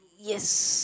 yes